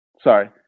Sorry